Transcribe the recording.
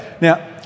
Now